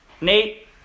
Nate